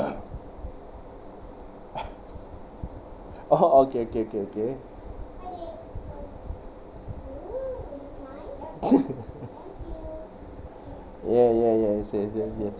(uh huh) okay K K K ya ya yes yes yes yes